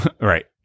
Right